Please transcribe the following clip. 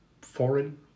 foreign